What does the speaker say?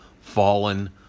fallen